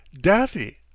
Daffy